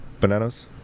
bananas